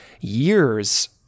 years